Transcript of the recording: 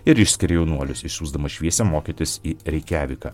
ir išskyria jaunuolius išsiųsdamas šviesę mokytis į reikjaviką